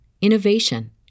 innovation